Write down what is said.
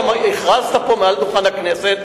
ואתה גם הכרזת פה מעל דוכן הכנסת,